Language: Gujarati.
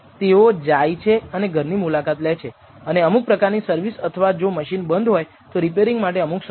તેઓ જાય છે અને ઘરની મુલાકાત લે છે અને અમુક પ્રકારની સર્વિસ અથવા જો મશીન બંધ હોય તો રીપેરીંગ માટે અમુક સમય લે છે